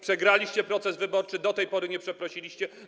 Przegraliście proces wyborczy, do tej pory nie przeprosiliście.